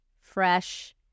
fresh